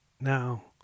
Now